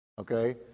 Okay